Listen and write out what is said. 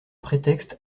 prétexte